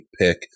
pick